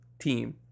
team